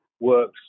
works